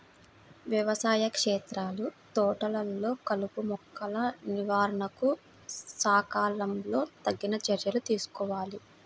వ్యవసాయ క్షేత్రాలు, తోటలలో కలుపుమొక్కల నివారణకు సకాలంలో తగిన చర్యలు తీసుకోవాలి